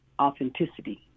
authenticity